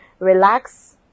Relax